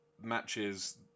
matches